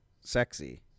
sexy